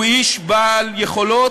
הוא איש בעל יכולות,